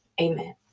Amen